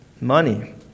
money